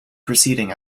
preceding